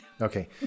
okay